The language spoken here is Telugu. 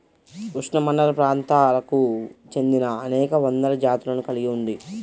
ఉష్ణమండలప్రాంతాలకు చెందినఅనేక వందల జాతులను కలిగి ఉంది